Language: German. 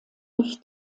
durch